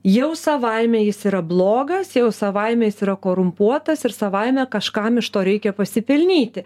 jau savaime jis yra blogas jau savaime jis yra korumpuotas ir savaime kažkam iš to reikia pasipelnyti